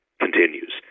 continues